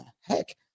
Heck